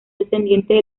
descendientes